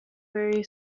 very